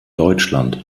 deutschland